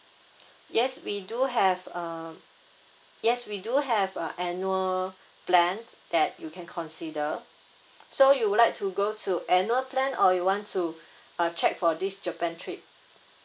yes we do have um yes we do have a annual plan that you can consider so you would like to go to annual plan or you want to uh check for this japan trip